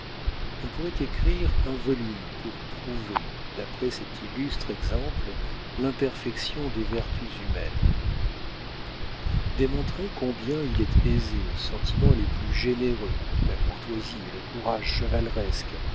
on pourrait écrire un volume pour prouver d'après cet illustre exemple l'imperfection des vertus humaines démontrer combien il est aisé aux sentiments les plus généreux la courtoisie et le courage chevaleresque